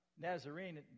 Nazarene